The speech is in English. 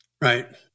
Right